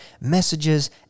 messages